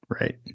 Right